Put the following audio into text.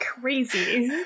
Crazy